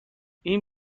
این